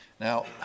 Now